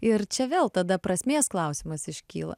ir čia vėl tada prasmės klausimas iškyla